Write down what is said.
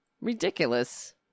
Ridiculous